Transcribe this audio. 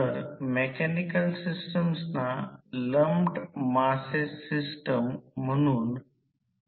तर मग वाइंडिंग पैकी एकाच्या ध्रुव पणाच्या चिन्हे आपसात बदलल्या पाहिजेत